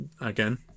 again